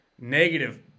negative